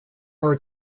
are